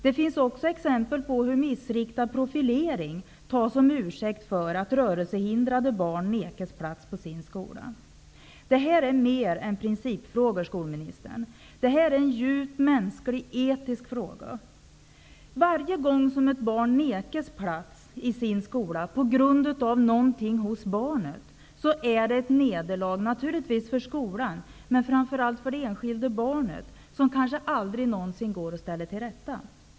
Det finns också exempel på hur missriktad profilering tas som ursäkt för att rörelsehindrade barn nekas plats i en skola. Det rör sig om mer än en principfråga, skolministern. Det är en djupt mänsklig, etisk fråga. Varje gång ett barn nekas plats i en skola på grund av någonting hos barnet, är det ett nederlag. Det är naturligtvis ett nederlag för skolan, men framför allt för det enskilda barnet. Det nederlaget kanske aldrig någonsin går att ställa till rätta.